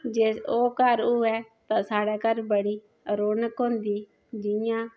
जिस ओह् घर होऐ साडे घर बडी रौनक होंदी जियां